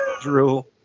Drew